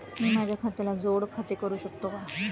मी माझ्या खात्याला जोड खाते करू शकतो का?